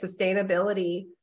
sustainability